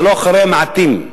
ולא אחרי מעטים.